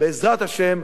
בעזרת השם,